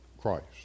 Christ